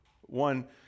One